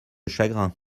chagrin